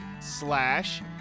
slash